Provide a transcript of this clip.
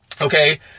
Okay